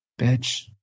Bitch